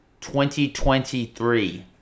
2023